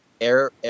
air